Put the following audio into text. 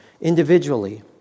individually